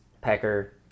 Pecker